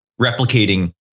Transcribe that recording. replicating